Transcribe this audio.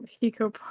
Pico